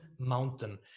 mountain